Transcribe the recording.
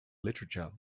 literature